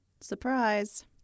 Surprise